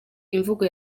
imvugo